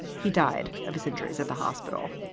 he died of his injuries at the hospital.